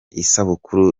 isabukuru